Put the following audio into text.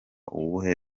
uwuhe